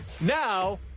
now